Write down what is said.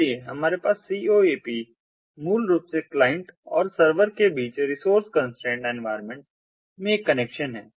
इसलिए हमारे पास CoAP मूल रूप से क्लाइंट और सर्वर के बीच रिसोर्स कंस्ट्रेंट एनवायरमेंट में एक कनेक्शन है